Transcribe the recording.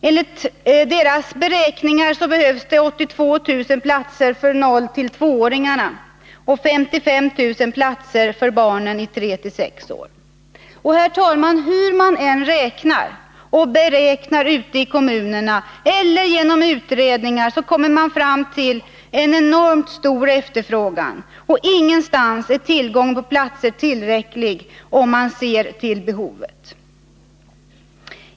Enligt beräkningarna behövs det 82 000 platser för 0-2-åringarna och 55 000 platser för barnen i åldern 3-6-år. Herr talman! Hur man än räknar och beräknar uti kommunerna eller i utredningar kommer man fram till en enormt stor efterfrågan, och ingenstans är tillgången på platser tillräcklig, om man tar hänsyn till behovet.